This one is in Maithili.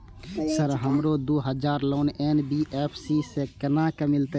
सर हमरो दूय हजार लोन एन.बी.एफ.सी से केना मिलते?